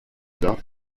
dach